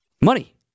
Money